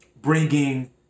bringing